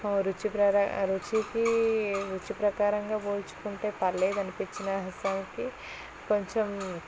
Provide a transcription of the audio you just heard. రుచి ప్ర రుచికి రుచిప్రకారంగా పోల్చుకుంటే పర్లేదు అనిపించిన సరికి కొంచెం